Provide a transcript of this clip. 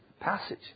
passage